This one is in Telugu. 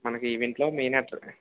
మనకి ఈవెంటులో మెయిన్ అ